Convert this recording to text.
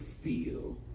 feel